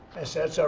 i said, so